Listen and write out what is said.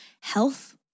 health